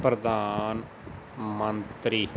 ਪ੍ਰਧਾਨ ਮੰਤਰੀ